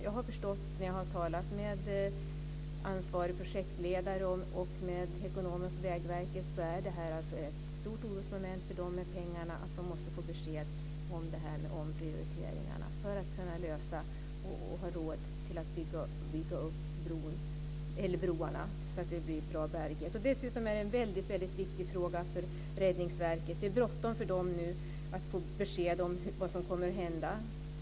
Jag har förstått när jag har talat med ansvarig projektledare och med ekonomer på Vägverket att pengarna är ett stort orosmoment och att de måste få besked om omprioriteringarna för att ha råd att bygga upp broarna så att det blir bra bärighet. Dessutom är det en mycket viktig fråga för Räddningsverket. Det är bråttom för dem nu att få besked om vad som kommer att hända.